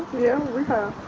yeah, we